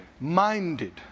Minded